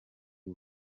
y’u